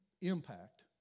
impact